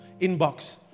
inbox